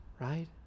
right